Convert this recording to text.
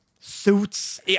Suits